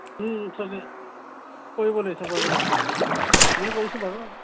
চবেই কৰিব লৈছে কৰিব লৈছে অঁ অঁ আমিও কৰিছোঁ বাৰু